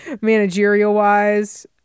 managerial-wise